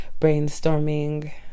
brainstorming